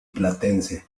platense